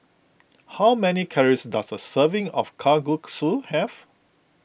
how many calories does a serving of Kalguksu have